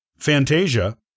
Fantasia